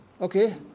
Okay